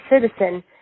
citizen